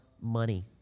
money